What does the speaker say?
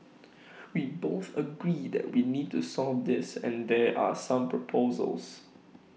we both agree that we need to solve this and there are some proposals